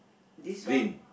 this one